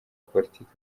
politike